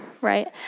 right